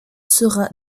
sera